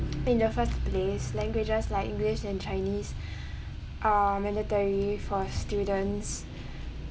in the first place languages like english and chinese are mandatory for students